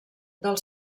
del